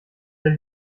der